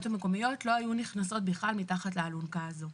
המקומיות לא היו נכנסות בכלל מתחת לאלונקה הזאת.